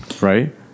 right